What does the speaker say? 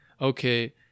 okay